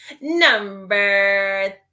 number